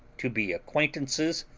to be acquaintances,